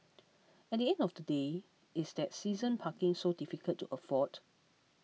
at the end of the day is that season parking so difficult to afford